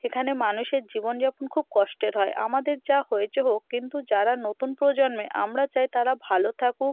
এখানে মানুষের জীবনযাপন খুব কষ্টের হয় আমাদের যা হয়েছে হোক কিন্তু যারা নতুন প্রজন্মে আমরা চাই তারা ভালো থাকুক